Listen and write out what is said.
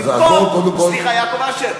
אז בואו קודם כול, סליחה, יעקב אשר.